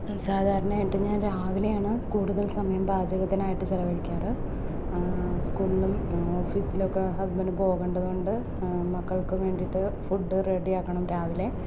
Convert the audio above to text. ഈ സാധാരണയായിട്ട് ഞാൻ രാവിലെയാണ് കൂടുതൽ സമയം പാചകത്തിനായിട്ട് ചെലവഴിക്കാറുള്ളത് സ്കൂളിലും ഓഫീസിലുമൊക്കെ ഹസ്ബൻ്റിന് പോകണ്ടതു കൊണ്ട് മക്കൾക്ക് വേണ്ടിയിട്ട് ഫുഡ് റെഡി ആക്കണം രാവിലെ